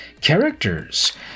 Characters